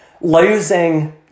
losing